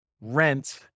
rent